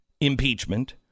impeachment